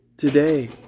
Today